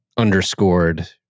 Underscored